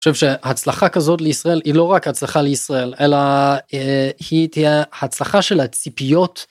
חושב שהצלחה כזאת לישראל היא לא רק הצלחה לישראל אלא היא תהיה הצלחה של הציפיות.